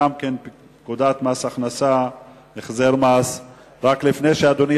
התשס"ט 2009,